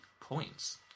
points